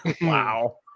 Wow